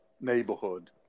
neighborhood